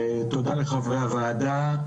תודה לחברי הוועדה.